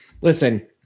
listen